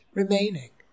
remaining